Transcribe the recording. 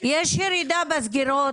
יש ירידה בסגירות?